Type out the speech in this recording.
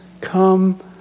come